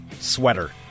sweater